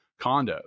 condos